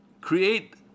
Create